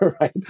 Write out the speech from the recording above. right